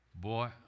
boy